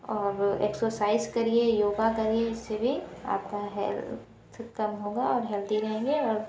और एक्साेसाइज़ करिए योगा करिए इससे भी आपका हेल्थ कम होगा और हेल्दी रहेंगे और